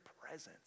presence